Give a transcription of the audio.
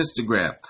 Instagram